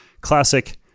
classic